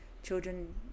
children